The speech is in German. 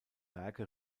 werke